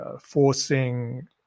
forcing